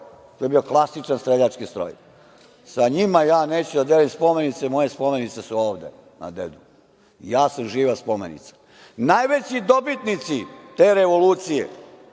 To je bio klasičan streljački stroj. Sa njima ja neću da delim spomenice. Moje spomenice su ovde, na dedu. Ja sam živa spomenica. Najveći dobitnici te revolucije,